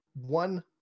one